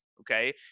okay